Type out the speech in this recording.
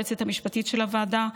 היועצת המשפטית של הוועדה,